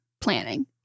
planning